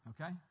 okay